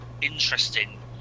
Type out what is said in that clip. interesting